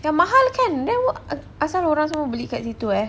ya mahal kan then wha~ apasal orang semua beli dekat situ eh